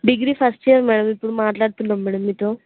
degree first year madam ఇప్పుడు మాట్లాడుతున్నాము madam మీతో